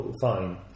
fine